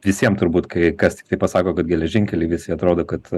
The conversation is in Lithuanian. visiem turbūt kai kas pasako kad geležinkeliai visi atrodo kad